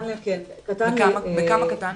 בכמה קטן?